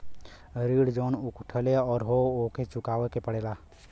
ऋण जउन उठउले हौ ओके चुकाए के पड़ेला